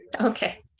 Okay